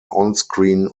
onscreen